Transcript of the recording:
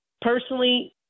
personally